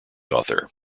author